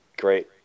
great